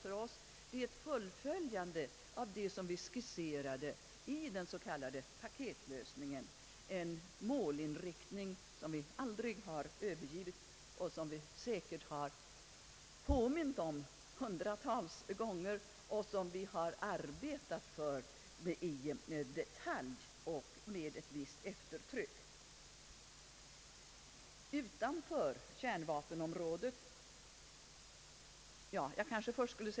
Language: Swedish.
Det är ett fullföljande av vad vi skisserade i den s.k. paketlösningen — en målinriktning som vi aldrig har övergivit, som vi säkert har påmint om hundratals gånger och som vi har arbetat för i detalj och med ett visst eftertryck.